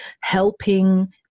helping